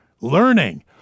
learning